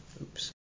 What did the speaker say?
Oops